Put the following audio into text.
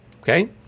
Okay